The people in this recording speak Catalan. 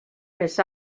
més